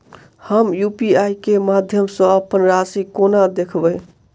हम यु.पी.आई केँ माध्यम सँ अप्पन राशि कोना देखबै?